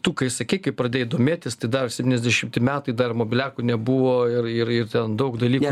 tu kai sakei kai pradėjai domėtis tai dar septyniasdešimti metai dar mobiliakų nebuvo ir ir ir ten daug dalykų